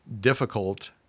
difficult